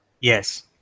Yes